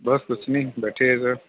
ਬਸ ਕੁਛ ਨਹੀਂ ਬੈਠੇ ਹੈ ਸਰ